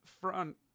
front